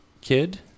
kid